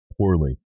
poorly